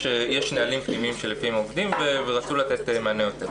יש נהלים פנימיים שלפיהם הם עובדים ורצו לתת מענה טוב יותר.